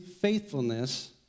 faithfulness